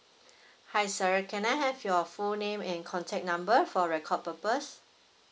hi sir can I have your full name and contact number for record purpose